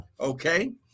okay